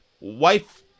Wife